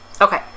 okay